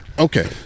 Okay